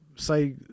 say